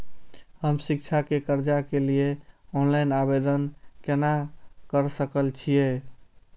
हम शिक्षा के कर्जा के लिय ऑनलाइन आवेदन केना कर सकल छियै?